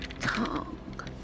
tongue